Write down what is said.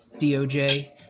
doj